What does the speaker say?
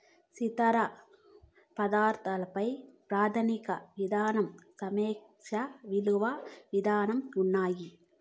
స్థిర ఆదాయాల పై ప్రాథమిక విధానం సాపేక్ష ఇలువ విధానం ఉన్నాయి